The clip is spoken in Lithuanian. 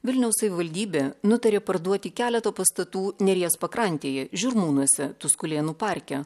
vilniaus savivaldybė nutarė parduoti keleto pastatų neries pakrantėje žirmūnuose tuskulėnų parke